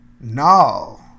No